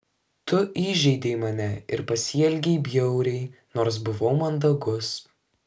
tu įžeidei mane ir pasielgei bjauriai nors buvau mandagus